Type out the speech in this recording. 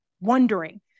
wondering